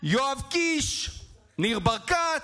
יואב קיש, ניר ברקת.